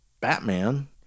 Batman